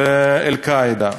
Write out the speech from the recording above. ל"אל-קאעידה".